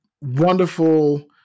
wonderful